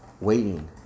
waiting